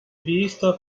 vista